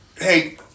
Hey